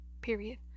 period